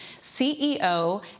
CEO